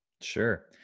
sure